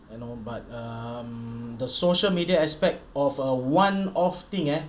but um the social media aspect of a one off thing eh